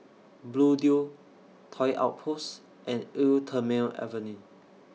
Bluedio Toy Outpost and Eau Thermale Avenue